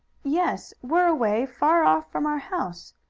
yes. we're away far off from our house.